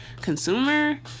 consumer